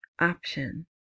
option